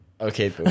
okay